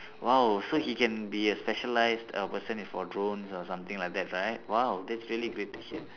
!wow! so he can be a specialised uh person for drones or something like that right !wow! that's really great to hear